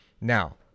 Now